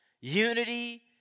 unity